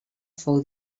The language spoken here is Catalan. fou